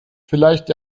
vielleicht